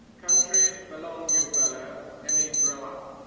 country belong you fella, hemi grow up,